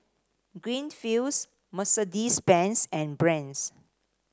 Greenfields Mercedes Benz and Brand's